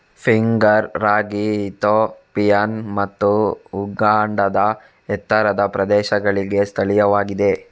finger ರಾಗಿ Ethiopian ಮತ್ತು ಉಗಾಂಡಾದ ಎತ್ತರದ ಪ್ರದೇಶಗಳಿಗೆ ಸ್ಥಳೀಯವಾಗಿದೆ